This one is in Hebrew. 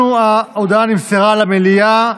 ההודעה נמסרה למליאה,